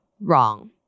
wrong